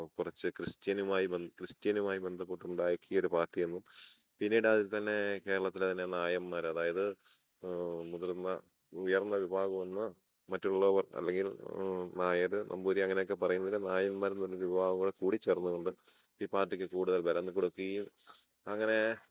കുറച്ചു ക്രിസ്ത്യനുമായി ക്രിസ്ത്യനുമായി ബന്ധപ്പെട്ടുണ്ടാക്കിയ ഒരു പാർട്ടി എന്നും പിന്നീട് അതിൽ തന്നെ കേരളത്തിലെ തന്നെ നായന്മാർ അതായത് മുതിർന്ന ഉയർന്ന വിഭാഗമെന്ന് മറ്റുള്ളവർ അല്ലെങ്കിൽ നായർ നമ്പൂരി അങ്ങനെയൊക്കെ പറയുന്ന നായന്മാരെന്ന് പറഞ്ഞ ഒരു വിഭാഗങ്ങൾ കൂടി ചേർന്നു കൊണ്ട് ഈ പാർട്ടിക്ക് കൂടുതൽ ബലം കൊടുക്കുകയും അങ്ങനെ